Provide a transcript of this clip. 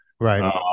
Right